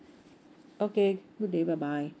okay good day bye bye